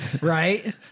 Right